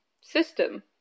system